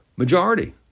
majority